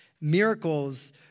Miracles